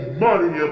money